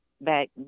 back